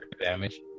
damage